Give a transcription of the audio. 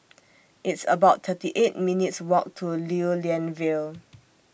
It's about thirty eight minutes' Walk to Lew Lian Vale